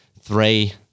three